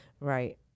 Right